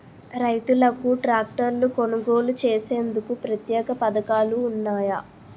రైతులకు ట్రాక్టర్లు కొనుగోలు చేసేందుకు ప్రత్యేక పథకాలు ఉన్నాయా?